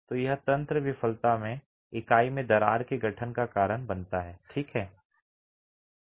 तो यह तंत्र विफलता में इकाई में दरार के गठन का कारण बनता है ठीक है